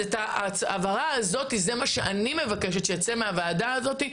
אני מבקשת שההבהרה הזאת תצא מהוועדה הזאת.